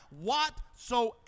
whatsoever